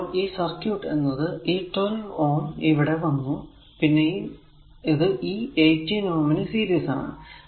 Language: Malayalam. അപ്പോൾ ഈ സർക്യൂട് എന്നത് ഈ 12 Ω ഇവിടെ വന്നു പിന്നെ ഇത് ഈ 18 Ω നു സീരീസ് ആണ്